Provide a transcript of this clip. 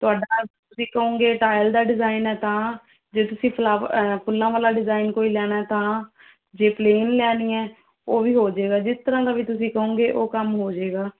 ਤੁਹਾਡਾ ਤੁਸੀਂ ਕਹੋਂਗੇ ਟਾਇਲ ਦਾ ਡਿਜ਼ਾਇਨ ਹੈ ਤਾਂ ਜੇ ਤੁਸੀਂ ਫਲਾਵ ਫੁੱਲਾਂ ਵਾਲਾ ਡਿਜਾਇਨ ਕੋਈ ਲੈਣਾ ਤਾਂ ਜੇ ਪਲੇਨ ਲੈਣੀ ਹੈ ਉਹ ਵੀ ਹੋ ਜਾਵੇਗਾ ਜਿਸ ਤਰ੍ਹਾਂ ਦਾ ਵੀ ਤੁਸੀਂ ਕਹੋਂਗੇ ਉਹ ਕੰਮ ਹੋ ਜਾਵੇਗਾ